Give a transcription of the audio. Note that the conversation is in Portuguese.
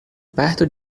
perto